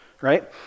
right